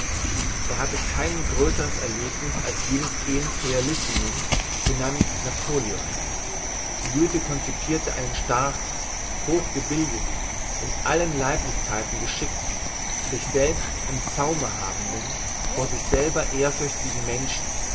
er hatte kein grösseres erlebniss als jenes ens realissimum genannt napoleon goethe concipirte einen starken hochgebildeten in aller leiblichkeiten geschickten sich selbst im zaume habenden vor sich selber ehrfürchtigen menschen